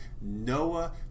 Noah